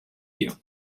you